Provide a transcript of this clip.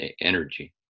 energy